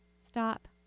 Stop